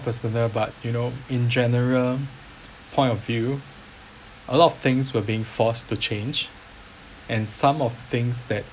personal but you know in general point of view a lot of things were being forced to change and some of things that